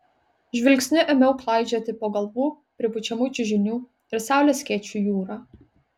žvilgsniu ėmiau klaidžioti po galvų pripučiamų čiužinių ir saulės skėčių jūrą